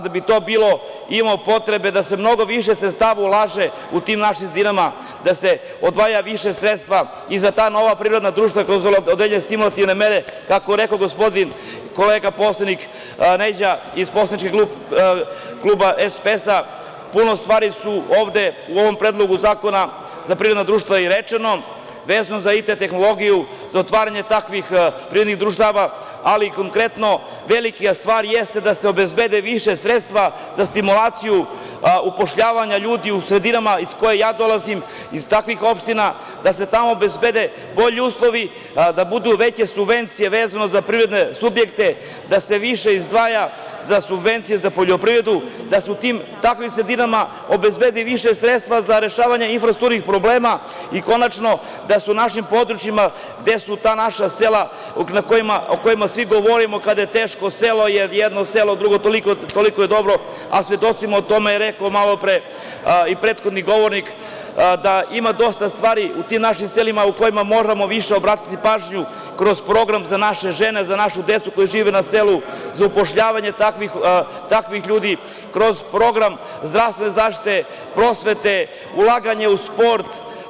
Da bi imali potrebu da se mnogo više sredstava ulaže u tim našim sredinama, da se odvaja više sredstava i za ta nova privredna društva kroz određene stimulativne mere, kako je rekao gospodin, kolega poslanik Neđa iz poslaničkog kluba SPS, puno stvari su ovde u ovom predlogu zakona za privredna društva i rečena, vezano za IT tehnologiju, za otvaranje takvih privrednih društava, ali i konkretno velika stvar jeste da se obezbede više sredstava za stimulaciju upošljavanja ljudi u sredinama iz koje ja dolazim, iz takvih opština, da se tamo obezbede bolji uslovi, da budu veće subvencije vezano za privredne subjekte, da se više izdvaja za subvencije za poljoprivredu, da se u takvim sredinama obezbedi više sredstava za rešavanje infrastrukturnih problema, i konačno, da se u našim područjima gde su ta naša sela o kojima svi govorimo kada je teško, jer jedno selo, drugo, toliko je dobro, a svedoci smo, o tome je pričao malopre i prethodni govornik da ima dosta stvari u tim našim selima u kojima moramo više obratiti pažnju kroz program za naše žene, za našu decu koja žive na selu, za upošljavanje takvih ljudi kroz program zdravstvene zaštite, prosvete, ulaganje u sport.